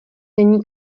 není